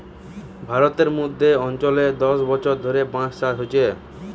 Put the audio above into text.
ভারতের মধ্য অঞ্চলে দশ বছর ধরে বাঁশ চাষ হচ্ছে